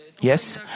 Yes